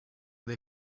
they